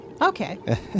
Okay